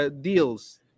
deals